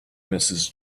mrs